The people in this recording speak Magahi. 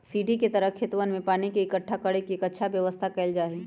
सीढ़ी के तरह खेतवन में पानी के इकट्ठा कर के अच्छा व्यवस्था कइल जाहई